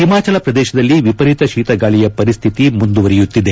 ಹಿಮಾಚಲ ಪ್ರದೇಶದಲ್ಲಿ ವಿಪರೀತ ಶೀತಗಾಳಿಯ ಪರಿಸ್ಥಿತಿ ಮುಂದುವರೆಯುತ್ತಿದೆ